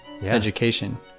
education